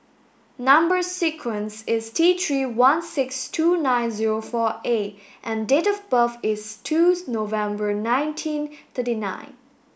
number sequence is T three one six two nine zero four A and date of birth is twos November nineteen thirty nine